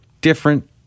different